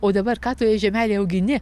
o dabar ką toje žemelėje augini